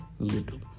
youtube